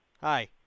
Hi